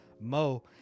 Mo